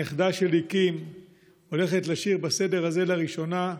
הנכדה שלי קים הולכת לשיר "מה נשתנה" בסדר הזה לראשונה,